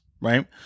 right